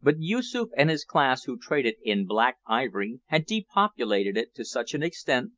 but yoosoof and his class who traded in black ivory had depopulated it to such an extent